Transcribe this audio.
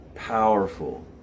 powerful